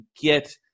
get